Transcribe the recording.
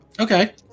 Okay